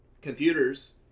computers